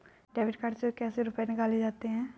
Debit card से रुपये कैसे निकाले जाते हैं?